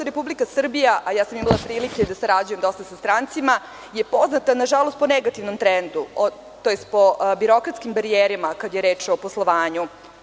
Republika Srbija, a imala sam prilike da sarađujem dosta sa strancima, je poznata, nažalost, po negativnom trendu, tj. po birokratskim barijerama, kada je reč o poslovanju.